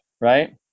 right